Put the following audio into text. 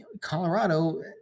colorado